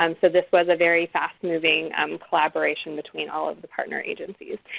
um so this was a very fast-moving um collaboration between all of the partner agencies.